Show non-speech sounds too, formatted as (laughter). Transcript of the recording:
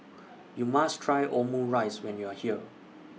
(noise) YOU must Try Omurice when YOU Are here